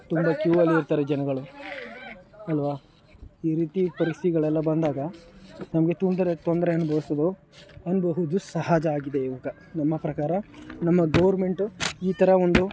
ತುಂಬ ಕ್ಯೂವಲ್ಲಿ ಇರ್ತಾರೆ ಜನಗಳು ಅಲ್ವ ಈ ರೀತಿ ಪರಿಸ್ಥಿತಿಗಳೆಲ್ಲ ಬಂದಾಗ ನಮಗೆ ತೊಂದರೆ ತೊಂದರೆ ಅನುಭವಿಸೋದು ಅನ್ನಬಹುದು ಸಹಜ ಆಗಿದೆ ಈವಾಗ ನಮ್ಮ ಪ್ರಕಾರ ನಮ್ಮ ಗೌರ್ಮೆಂಟು ಈ ಥರ ಒಂದು